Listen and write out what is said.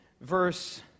verse